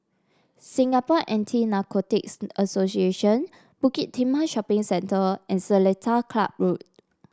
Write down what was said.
Singapore Anti Narcotics Association Bukit Timah Shopping Centre and Seletar Club Road